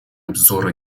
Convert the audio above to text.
обзора